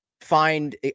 find